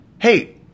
hey